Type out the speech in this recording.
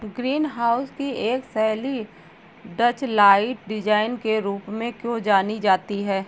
Green house की एक शैली डचलाइट डिजाइन के रूप में क्यों जानी जाती है?